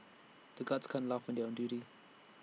the guards can't laugh when they are on duty